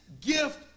gift